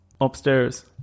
upstairs